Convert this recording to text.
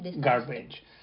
garbage